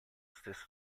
stesso